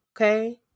okay